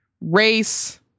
race